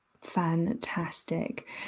Fantastic